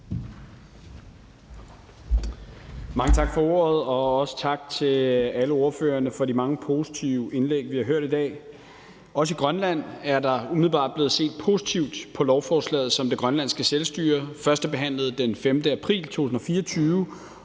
Mange tak for ordet, og også tak til alle ordførerne for de mange positive indlæg, vi har hørt i dag. Også i Grønland er der umiddelbart blevet set positivt på lovforslaget, som det grønlandske selvstyre førstebehandlede den 5. april 2024,